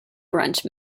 brunch